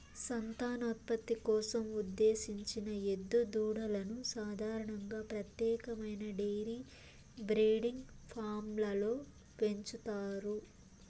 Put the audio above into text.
సంతానోత్పత్తి కోసం ఉద్దేశించిన ఎద్దు దూడలను సాధారణంగా ప్రత్యేకమైన డెయిరీ బ్రీడింగ్ ఫామ్లలో పెంచుతారు